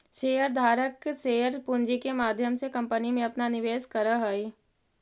share धारक share पूंजी के माध्यम से कंपनी में अपना निवेश करऽ हई